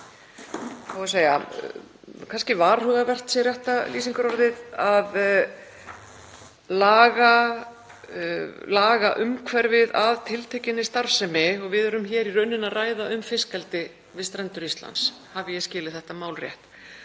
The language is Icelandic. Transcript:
á að segja, kannski varhugavert sé rétta lýsingarorðið, að laga lagaumhverfið að tiltekinni starfsemi. Við erum í rauninni að ræða um fiskeldi við strendur Íslands hafi ég skilið þetta mál rétt.